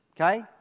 okay